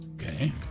Okay